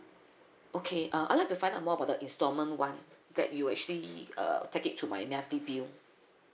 okay um I like to find out more about the instalment one that you actually uh take it through my monthly bill